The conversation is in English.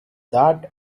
that